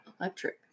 Electric